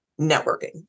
networking